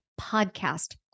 podcast